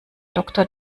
doktor